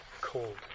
cold